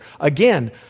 Again